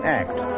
act